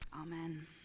Amen